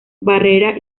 barrera